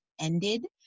ended